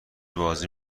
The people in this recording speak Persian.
بازی